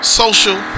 social